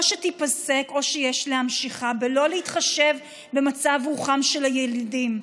או שתיפסק או שיש להמשיכה בלא להתחשב במצב רוחם של הילידים.